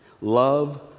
Love